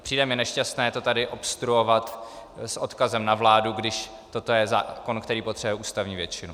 A přijde mi nešťastné to tady obstruovat s odkazem na vládu, když toto je zákon, který potřebuje ústavní většinu.